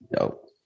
Nope